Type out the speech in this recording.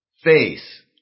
face